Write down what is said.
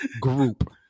group